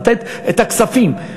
לתת את הכספים,